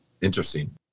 Interesting